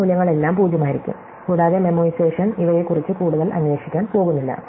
ഈ മൂല്യങ്ങളെല്ലാം 0 ആയിരിക്കും കൂടാതെ മെമ്മോയിസേഷൻ ഇവയെക്കുറിച്ച് കൂടുതൽ അന്വേഷിക്കാൻ പോകുന്നില്ല